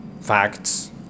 facts